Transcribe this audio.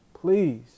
Please